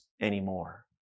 anymore